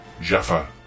Jaffa